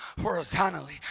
horizontally